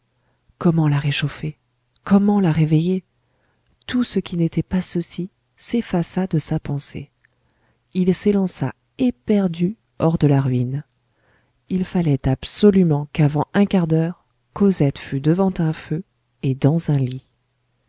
comment la réchauffer comment la réveiller tout ce qui n'était pas ceci s'effaça de sa pensée il s'élança éperdu hors de la ruine il fallait absolument qu'avant un quart d'heure cosette fût devant un feu et dans un lit